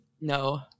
No